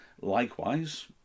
likewise